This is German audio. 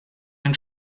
den